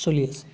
চলি আছে